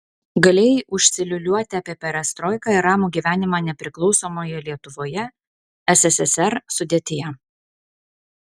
galėjai užsiliūliuoti apie perestroiką ir ramų gyvenimą nepriklausomoje lietuvoje sssr sudėtyje